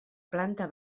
planta